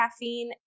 caffeine